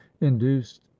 induced